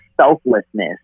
selflessness